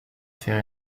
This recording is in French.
faire